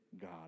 God